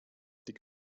die